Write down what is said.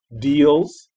deals